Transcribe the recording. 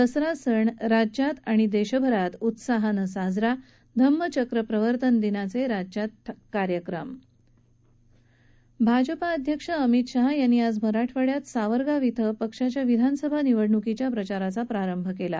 दसरा सण राज्यात आणि देशभरात उत्साहानं साजरा धम्मचक्र प्रवर्तन दिनाचे राज्यभर कार्यक्रम भाजपा अध्यक्ष अमित शाह यांनी आज मराठवाड्यातील सावरगाव इथं पक्षाच्या विधानसभा निवडणुकीच्या प्रचाराचा प्रारंभ केला